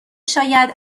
شاید